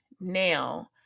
now